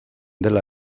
dela